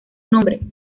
nombre